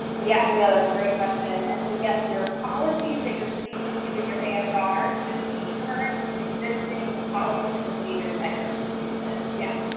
yes, no that's a great question. and so yes, your policies that you're speaking to in your asr should be current, existing policies and procedures at your institution, yes.